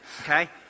Okay